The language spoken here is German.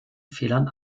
fehlern